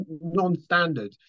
non-standard